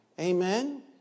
Amen